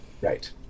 right